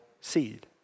seed